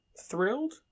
thrilled